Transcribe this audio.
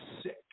sick